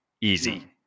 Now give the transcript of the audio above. easy